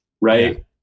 right